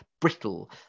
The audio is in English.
brittle